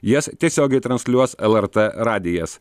jas tiesiogiai transliuos lrt radijas